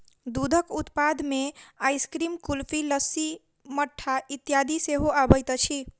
दूधक उत्पाद मे आइसक्रीम, कुल्फी, लस्सी, मट्ठा इत्यादि सेहो अबैत अछि